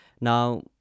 Now